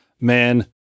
man